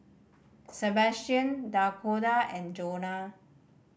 Sabastian Dakoda and Jonah